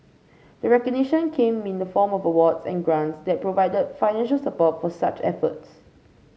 the recognition came in the form of awards and grants that provide financial support for such efforts